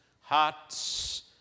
hearts